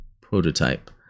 prototype